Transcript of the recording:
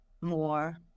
more